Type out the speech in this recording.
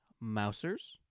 Mousers